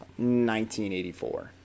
1984